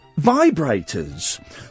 vibrators